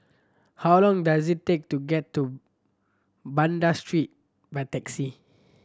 how long does it take to get to Banda Street by taxi